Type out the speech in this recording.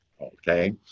okay